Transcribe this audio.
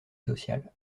sociale